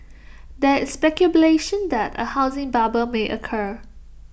there is speculation that A housing bubble may occur